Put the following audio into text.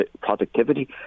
productivity